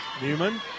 Newman